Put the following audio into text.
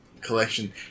collection